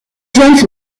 james